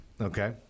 Okay